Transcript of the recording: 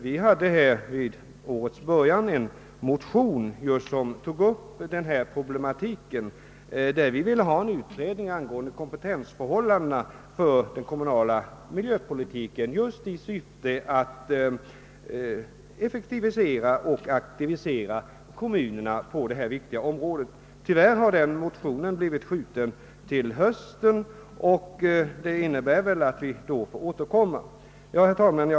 Vid årets början framhöll vi i en motion att vi ville ha en utredning beträffande kompetensförhållandena för den kommunala miljöpolitiken just i syfte att effektivera och aktivera kommunerna på detta viktiga område. Tyvärr har behandlingen av denna motion uppskjutits till hösten och det innebär att vi får återkomma då. Herr talman!